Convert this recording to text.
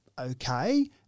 okay